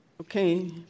Okay